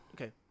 Okay